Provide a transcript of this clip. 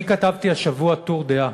אני כתבתי השבוע טור דעה,